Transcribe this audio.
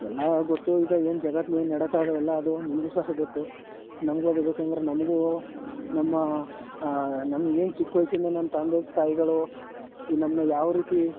ಎಲ್ಲ ಗೊತ್ತು ಈಗ ಏನು ಜಗತ್ತು ಲ ಏನು ನಡೀತದೆ ಎಲ್ಲ ಅದೂ ನಿಮಗೂ ಸಹ ಗೊತ್ತು ನಮಗೂ ಅದೆ ಬೇಕು ಅಂದರೆ ನಮಗೂ ನಮ್ಮ ನಮಗೆ ಏನು ಚಿಕ್ಕ ವಯಸ್ಸಿಂದ ನಮ್ಮ ತಂದೆ ತಾಯಿಗಳೂ ನಮ್ಮನ್ನ ಯಾವ ರೀತಿ